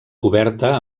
coberta